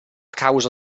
causa